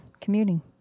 commuting